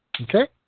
Okay